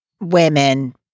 women